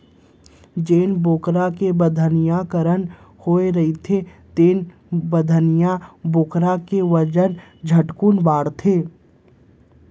जेन बोकरा के बधियाकरन होए रहिथे तेन बधियाए बोकरा के बजन झटकुन बाढ़थे